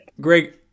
Greg